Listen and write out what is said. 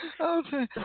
Okay